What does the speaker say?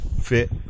fit